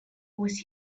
with